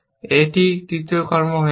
এটি তৃতীয় কর্ম হয়ে ওঠে